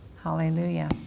hallelujah